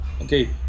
okay